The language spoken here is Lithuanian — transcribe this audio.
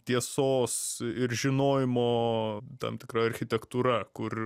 tiesos ir žinojimo tam tikra architektūra kur